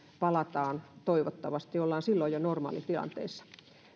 palaamme toivottavasti olemme silloin jo normaalissa tilanteessa